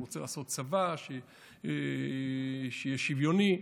שהוא רוצה לעשות צבא שיהיה שוויוני,